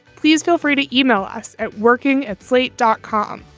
please feel free to email us at working at slate dot com.